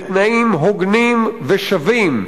בתנאים הוגנים ושווים,